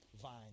vine